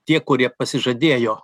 tie kurie pasižadėjo